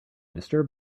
disturbed